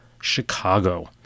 Chicago